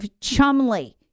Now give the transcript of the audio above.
Chumley